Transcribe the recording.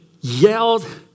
yelled